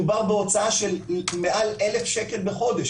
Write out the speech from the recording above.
מדובר בהוצאה של מעל 1,000 שקל בחודש,